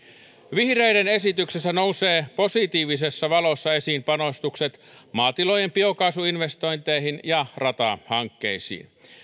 vihreiden esityksessä nousevat positiivisessa valossa esiin panostukset maatilojen biokaasuinvestointeihin ja ratahankkeisiin